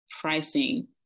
pricing